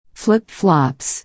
flip-flops